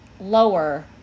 lower